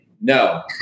No